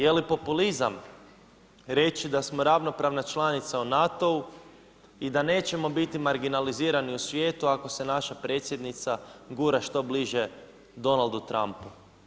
Jeli populizam reći da smo ravnopravna članica u NATO-u i da nećemo biti marginalizirani u svijetu ako se naša predsjednica gura što bliže Donaldu Trumpu?